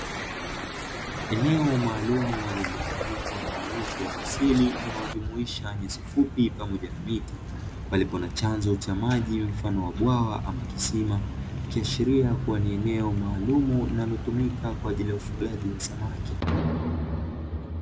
Eneo maalumu lililozungukwa na uoto wa asili, unaojumuisha nyasi fupi pamoja na miti, palipo na chanzo cha maji mfano wa bwawa ama kisima, ikiashiria kua ni eneo maalumu linalotumika kwa ajili ya ufugaji wa samaki.